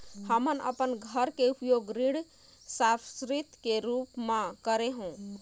हमन अपन घर के उपयोग ऋण संपार्श्विक के रूप म करे हों